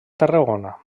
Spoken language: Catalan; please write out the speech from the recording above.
tarragona